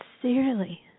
sincerely